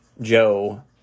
Joe